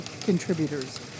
contributors